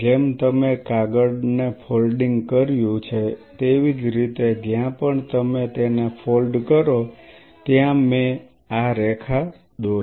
જેમ તમે કાગળને ફોલ્ડિંગ કર્યું છે તેવી જ રીતે જ્યાં પણ તમે તેને ફોલ્ડ કરો ત્યાં મેં આ રેખા દોરી